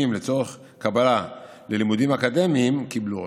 לצורך קבלה ללימודים אקדמיים קיבלו אותם.